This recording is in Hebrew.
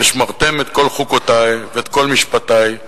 ושמרתם את כל חֻקתי ואת כל משפטי,